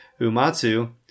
Umatsu